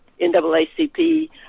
NAACP